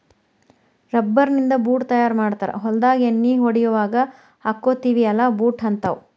rubber ನಿಂದ boot ತಯಾರ ಮಾಡ್ತಾರ ಹೊಲದಾಗ ಎಣ್ಣಿ ಹೊಡಿಯುವಾಗ ಹಾಕ್ಕೊತೆವಿ ಅಲಾ ಬೂಟ ಹಂತಾವ